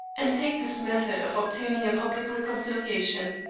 and take this method of obtaining a public reconciliation.